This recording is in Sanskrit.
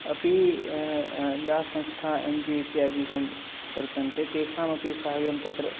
अपि या संस्था एन् जि ओ इत्यादिकं वर्तन्ते तेषामपि साहाय्यं तत्र